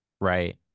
right